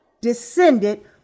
descended